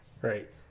Right